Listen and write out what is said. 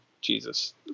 jesus